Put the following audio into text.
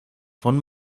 von